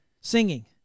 singing